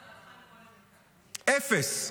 אפס.